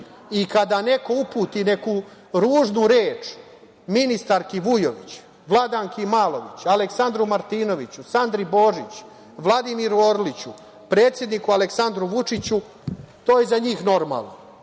i kada neko uputi neku ružnu reč ministarki Vujović, Vladanki Malović, Aleksandru Martinoviću, Sandri Božić, Vladimiru Orliću, predsedniku Aleksandru Vučiću, to je za njih normalno. Dakle,